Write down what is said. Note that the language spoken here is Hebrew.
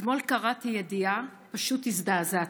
אתמול קראתי ידיעה ופשוט הזדעזעתי: